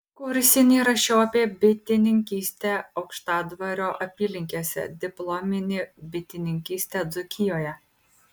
kursinį rašiau apie bitininkystę aukštadvario apylinkėse diplominį bitininkystę dzūkijoje